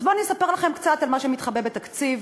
בואו אני אספר לכם קצת על מה שמתחבא בתקציב